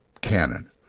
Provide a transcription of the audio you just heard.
canon